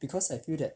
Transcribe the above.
because I feel that